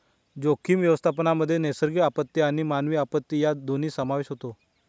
जोखीम व्यवस्थापनामध्ये नैसर्गिक आपत्ती आणि मानवी आपत्ती या दोन्हींचा समावेश होतो